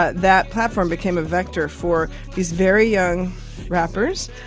ah that platform became a vector for these very young rappers.